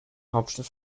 hauptstadt